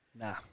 Nah